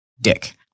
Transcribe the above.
dick